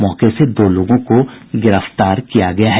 मौके से दो लोगों को गिरफ्तार किया गया है